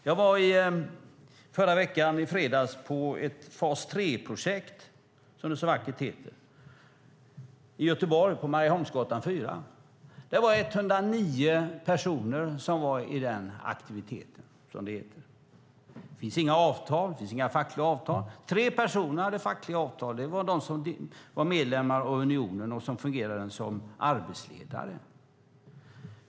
I fredags i förra veckan besökte jag ett fas 3-projekt, som det så vackert heter, på Marieholmsgatan 4 i Göteborg. Det var 109 personer som var i den aktiviteten, som det heter. Det finns inga avtal. Det finns inga fackliga avtal. Tre personer hade fackliga avtal. Det var de som var medlemmar i Unionen och som fungerade som arbetsledare.